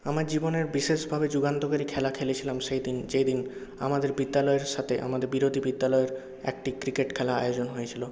আমার জীবনের বিশেষভাবে যুগান্তকারী খেলা খেলেছিলাম সেইদিন যে দিন আমাদের বিদ্যালয়ের সাথে আমাদের বিরোধী বিদ্যালয়ের একটি ক্রিকেট খেলা আয়োজন হয়েছিলো